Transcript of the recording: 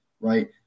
right